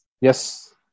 Yes